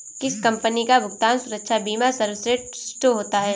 किस कंपनी का भुगतान सुरक्षा बीमा सर्वश्रेष्ठ होता है?